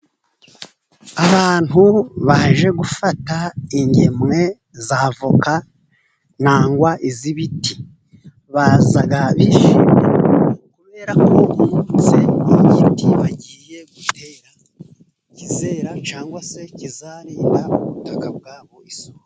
Abantu baje gufata ingemwe za avoka nangwa iz'ibiti, baza bishimye, kubera ko umunsi igiti bagiye gutera, kizera cyangwa se kizarinda ubutaka bwabo isuri.